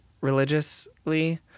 religiously